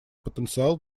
потенциал